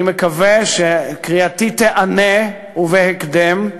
אני מקווה שקריאתו תיענה, ובהקדם,